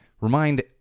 remind